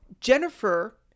jennifer